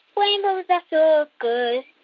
rainbows are so good.